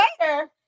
later